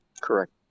Correct